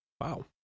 wow